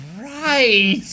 right